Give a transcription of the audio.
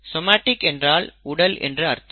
somatic என்றால் உடல் என்று அர்த்தம்